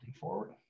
forward